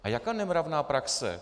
A jaká nemravná praxe?